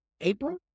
April